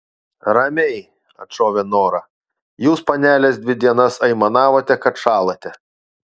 ramiai atšovė nora jūs panelės dvi dienas aimanavote kad šąlate